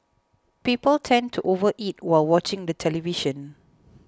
people tend to overeat while watching the television